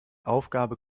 aufgabe